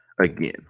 again